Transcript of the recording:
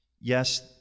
Yes